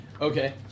Okay